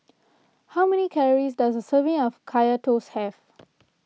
how many calories does a serving of Kaya Toast have